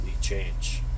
change